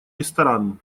ресторан